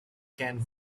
can